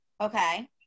Okay